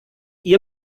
ihr